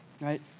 right